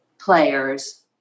players